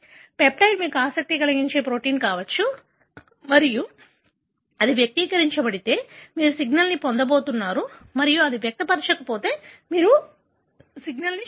peptide మీకు ఆసక్తి కలిగించే ప్రోటీన్ కావచ్చు మరియు అది వ్యక్తీకరించబడితే మీరు సిగ్నల్ పొందబోతున్నారు మరియు అది వ్యక్తపరచకపోతే మీరు సిగ్నల్ చూడలేరు